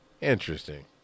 Interesting